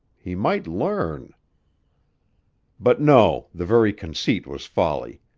he might learn but no, the very conceit was folly.